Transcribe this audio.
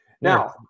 Now